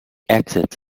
acted